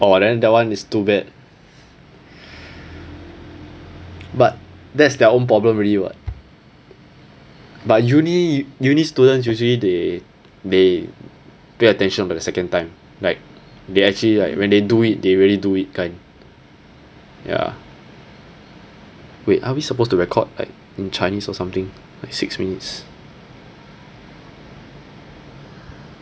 orh then that [one] is too bad but that's their own problem already [what] but uni uni students usually they they pay attention for the second time like they actually like when they do it they really do it kind ya wait are we supposed to record like in chinese or something like six minutes